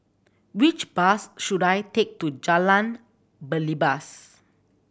which bus should I take to Jalan Belibas